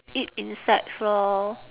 eat insects lor